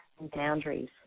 boundaries